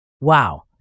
Wow